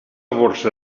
borsa